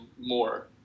more